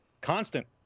constant